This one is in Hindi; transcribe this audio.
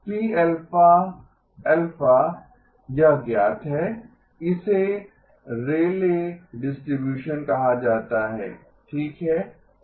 Pα α यह ज्ञात है इसे रेयले डिस्ट्रीब्यूशन कहा जाता है ठीक है